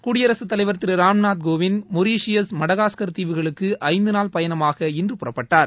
குடியரசு தலைவர் திரு ராம்நாத் கோவிந்த் மொரிஷியஸ் மடகாஸ்கர் தீவுகளுக்கு ஐந்துநாள் பயணமாக இன்று புறப்பட்டார்